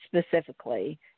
specifically